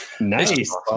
Nice